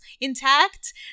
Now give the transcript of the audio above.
intact